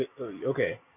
Okay